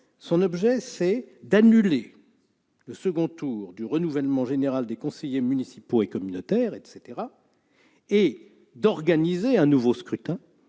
pas rappelé -d'annuler le second tour du renouvellement général des conseillers municipaux et communautaires, etc., et d'organiser un nouveau scrutin,